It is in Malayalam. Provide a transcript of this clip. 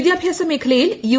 വിദ്യാഭ്യാസ മേഖലയിൽ യു